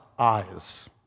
eyes